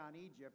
Egypt